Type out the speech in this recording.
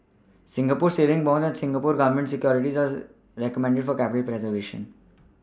Singapore savings bonds and Singapore Government Securities are recommended for capital preservation